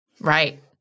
Right